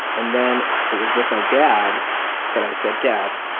and then it was with my dad that i said, dad,